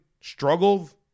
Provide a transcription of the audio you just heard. struggled